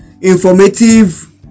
informative